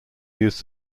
used